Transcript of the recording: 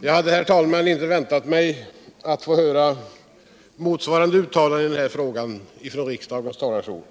Jag hade, herr talman. inte väntat mig att få höra motsvarande uttalanden i den här trägan från riksdagens talarstol.